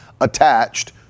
attached